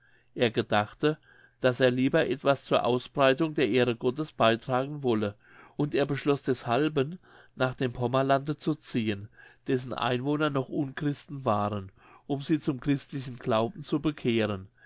er gedachte daß er lieber etwas zur ausbreitung der ehren gottes beitragen wolle und er beschloß deshalben nach dem pommerlande zu ziehen dessen einwohner noch unchristen waren um sie zum christlichen glauben zu bekehren